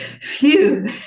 phew